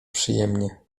przyjemnie